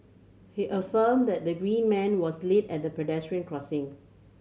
he affirmed that the green man was lit at the pedestrian crossing